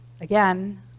Again